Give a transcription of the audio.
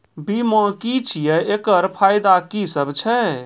बीमा की छियै? एकरऽ फायदा की सब छै?